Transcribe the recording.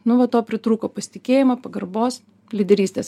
nuo to pritrūko tikėjimo pagarbos lyderystės